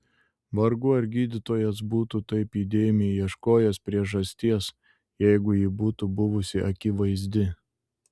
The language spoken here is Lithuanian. vargu ar gydytojas būtų taip įdėmiai ieškojęs priežasties jeigu ji būtų buvusi akivaizdi